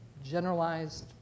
generalized